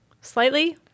Slightly